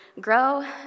grow